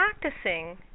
practicing